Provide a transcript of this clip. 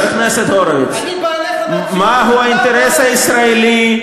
מה האינטרס הישראלי?